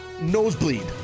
nosebleed